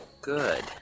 Good